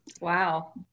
Wow